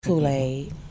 Kool-Aid